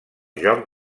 joc